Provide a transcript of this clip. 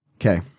okay